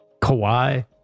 Kawhi